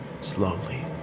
Slowly